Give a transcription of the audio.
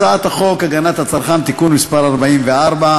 הצעת החוק הגנת הצרכן (תיקון מס' 44),